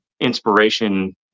inspiration